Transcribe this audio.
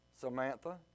Samantha